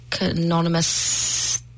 Anonymous